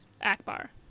Akbar